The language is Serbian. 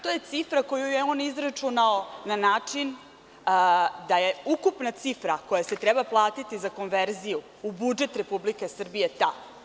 To je cifra koju je on izračunao na način da je ukupna cifra koja se treba platiti za konverziju u budžet Republike Srbije ta.